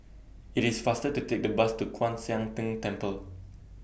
IT IS faster to Take The Bus to Kwan Siang Tng Temple